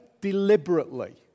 deliberately